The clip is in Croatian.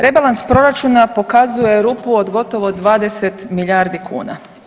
Rebalans proračuna pokazuje rupu od gotovo 20 milijardi kuna.